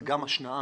זה גם השנעה,